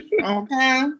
Okay